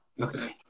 Okay